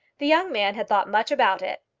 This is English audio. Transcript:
the young man had thought much about it,